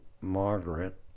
Margaret